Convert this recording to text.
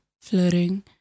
flirting